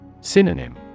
Synonym